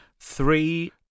three